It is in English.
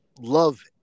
love